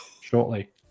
shortly